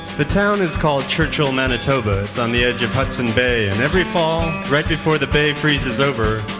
the town is called churchill manitoba. it's on the edge of hudson bay and every fall, right before the bay freezes over,